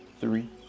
three